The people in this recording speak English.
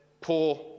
poor